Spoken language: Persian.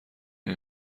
این